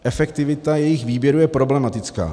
Efektivita jejich výběru je problematická.